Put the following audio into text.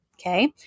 okay